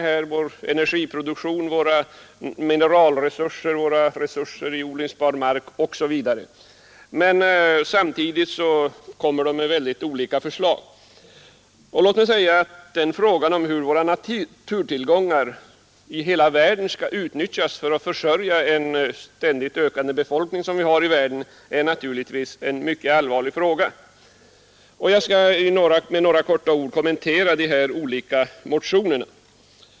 Det gäller vår energiproduktion, våra mineralresurser, våra resurser i odlingsbar mark osv., men motionerna utmynnar i väldigt olika förslag. Frågan om hur hela världens naturtillgångar skall utnyttjas för att försörja en ständigt ökande befolkning är naturligtvis en mycket allvarlig fråga. Jag skall emellertid helt kort kommentera de olika motionerna.